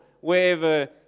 wherever